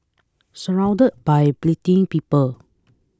surrounded by bleating people